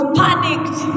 panicked